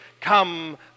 come